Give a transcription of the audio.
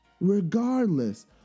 regardless